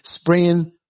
spraying